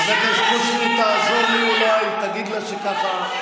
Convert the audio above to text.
חבר הכנסת קושניר, תעזור לי אולי, תגיד לה שככה,